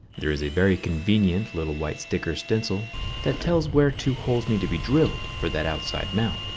there is a very convenient little white sticker stencil that tells where two holes need to be drilled for that outside mount.